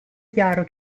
chiaro